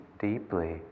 deeply